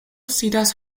sidas